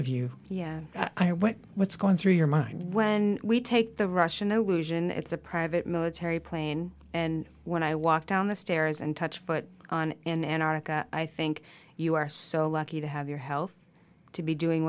of you yeah i went what's going through your mind when we take the russian allusion it's a private military plane and when i walk down the stairs and touch foot on in antarctica i think you are so lucky to have your health to be doing